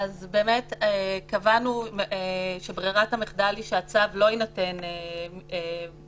באמת קבענו שברירת המחדל היא שהצו לא יינתן מיידית,